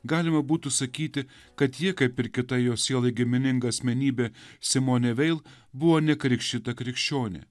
galima būtų sakyti kad ji kaip ir kita jos sielai gimininga asmenybė simonė veil buvo nekrikštyta krikščionė